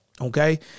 Okay